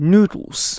Noodles